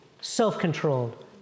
self-controlled